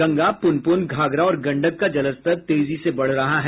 गंगा पुनपुन घाघरा और गंडक का जलस्तर तेजी से बढ़ रहा है